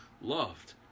loved